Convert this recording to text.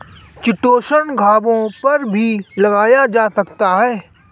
chitosan घावों पर भी लगाया जा सकता है